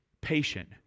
patient